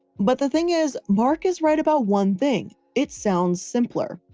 but the thing is, mark is right about one thing, it sounds simpler,